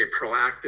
proactive